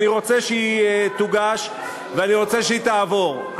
אני רוצה שהיא תוגש ואני רוצה שהיא תעבור.